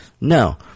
no